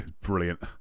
Brilliant